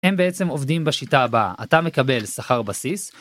הם בעצם עובדים בשיטה הבאה: אתה מקבל שכר בסיס.